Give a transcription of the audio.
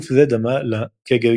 גוף זה דמה לק.ג.ב.